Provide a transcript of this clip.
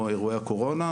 או אירועי הקורונה,